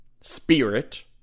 spirit